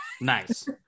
Nice